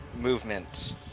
movement